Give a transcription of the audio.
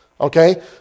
Okay